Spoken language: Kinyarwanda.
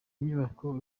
nyubako